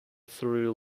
threw